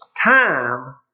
Time